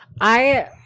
I-